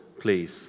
please